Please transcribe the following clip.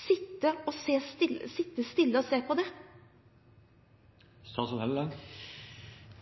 sitte stille og se på det?